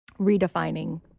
redefining